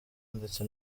ndetse